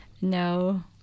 No